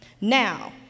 Now